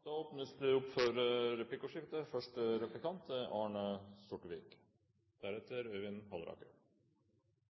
Det åpnes for replikkordskifte. I rapporten vises det til elleve ulike sektorer der det er